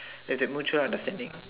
if it mutual understanding